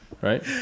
right